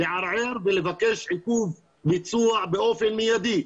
לערער ולבקש עיכוב ביצוע באופן מיידי.